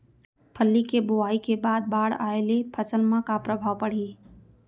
फल्ली के बोआई के बाद बाढ़ आये ले फसल मा का प्रभाव पड़ही?